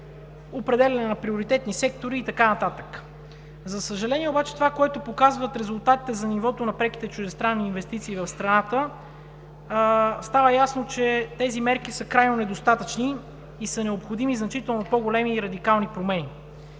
определяне на приоритетни сектори и така нататък. За съжаление обаче от това, което показват резултатите за нивото на преките чуждестранни инвестиции в страната, става ясно, че тези мерки са крайно недостатъчни и са необходими значително по-големи и радикални промени.